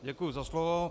Děkuji za slovo.